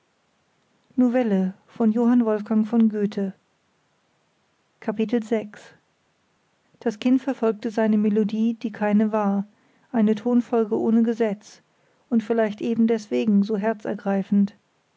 novelle kapitel das kind verfolgte seine melodie die keine war eine tonfolge ohne gesetz und vielleicht eben deswegen so herzergreifend